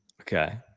Okay